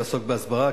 לעסוק בהסברה,